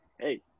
Hey